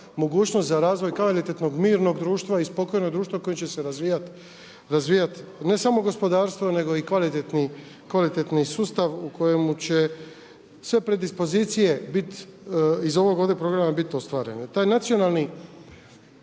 mogućnost za razvoj kvalitetnog, mirnog i spokojnog društva koje će se razvija ne samo gospodarstvo nego i kvalitetni sustav u kojemu će sve predispozicije iz ovog ovdje programa biti ostvarene.